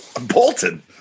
Bolton